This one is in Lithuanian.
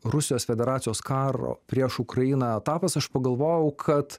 rusijos federacijos karo prieš ukrainą etapas aš pagalvojau kad